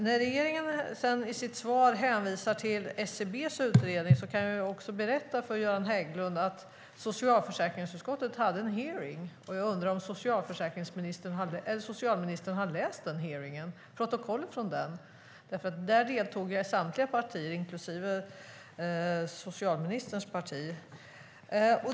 När regeringen i sitt svar hänvisar till SCB:s utredning kan jag berätta för Göran Hägglund att socialförsäkringsutskottet har haft en hearing, och jag undrar om socialministern har läst protokollet från den. Där deltog samtliga partier inklusive socialministerns parti.